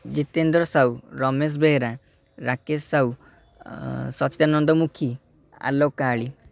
Jitendra Sahu Ramesh Behera Rakesh Sahu Sachidananda Mukhi Alok Kahali